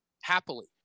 Happily